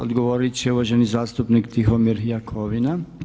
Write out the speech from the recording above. Odgovorit će uvaženi zastupnik Tihomir Jakovina.